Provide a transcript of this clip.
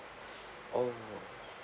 oh